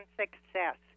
success